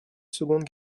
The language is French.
seconde